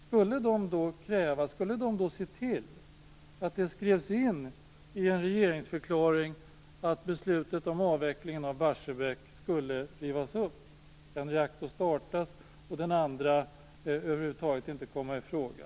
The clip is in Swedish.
Skulle man då se till att det i en regeringsförklaring skrevs in att beslutet om avveckling av Barsebäck skulle rivas upp? Skulle man se till att en reaktor startades och att den andra över huvud taget aldrig kom i fråga?